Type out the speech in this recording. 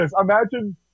Imagine